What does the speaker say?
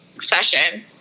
session